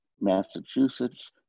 Massachusetts